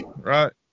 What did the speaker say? right